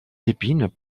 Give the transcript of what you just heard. épines